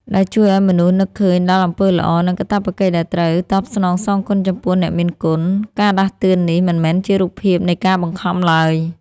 ដែលជួយឱ្យមនុស្សនឹកឃើញដល់អំពើល្អ និងកាតព្វកិច្ចដែលត្រូវតបស្នងសងគុណចំពោះអ្នកមានគុណ។ ការដាស់តឿននេះមិនមែនជារូបភាពនៃការបង្ខំឡើយ